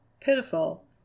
pitiful